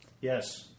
Yes